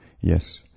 Yes